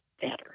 better